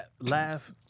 Laugh